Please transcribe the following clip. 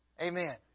Amen